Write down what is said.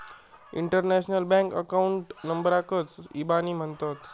international bank account नंबराकच इबानी म्हणतत